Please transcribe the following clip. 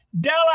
Della